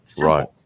Right